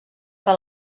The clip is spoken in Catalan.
que